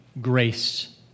grace